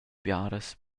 biaras